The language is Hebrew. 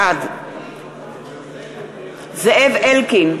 בעד זאב אלקין,